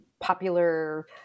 popular